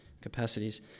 capacities